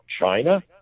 China